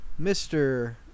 Mr